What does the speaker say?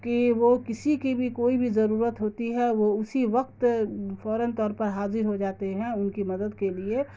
کہ وہ کسی کی بھی کوئی بھی ضرورت ہوتی ہے وہ اسی وقت فوراً طور پر حاضر ہو جاتے ہیں ان کی مدد کے لیے